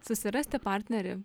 susirasti partnerį